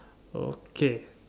okay